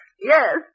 Yes